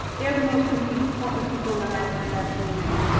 they are the most important people in our in our community.